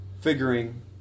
figuring